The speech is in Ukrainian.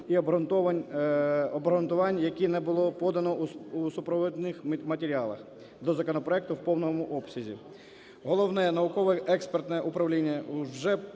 і обґрунтувань, які не було подано у супровідних матеріалах до законопроекту в повному обсязі. Головне науково-експертне управління вже